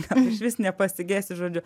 gal išvis nepasigesi žodžiu